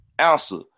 answer